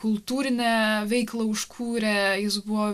kultūrinę veiklą užkūrė jis buvo